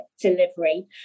delivery